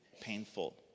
painful